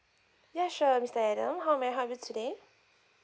yeah sure mister adam how may I help you today